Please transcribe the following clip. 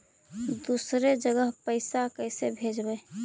दुसरे जगह पैसा कैसे भेजबै?